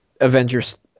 Avengers